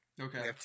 Okay